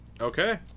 Okay